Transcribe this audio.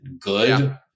good